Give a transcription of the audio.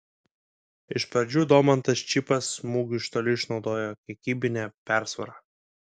iš pradžių domantas čypas smūgiu iš toli išnaudojo kiekybinę persvarą